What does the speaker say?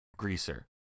greaser